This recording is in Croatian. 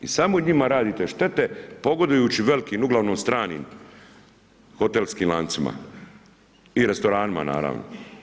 I samo njima radite štete, pogodujući velikim uglavnom stranim hotelskim lancima i restoranima, naravno.